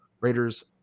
Raiders